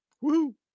Woo